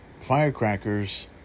firecrackers